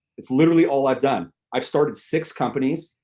it's literally all i've done. i've started six companies,